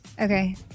Okay